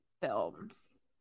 films